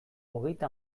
hogeita